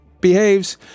behaves